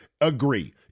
agree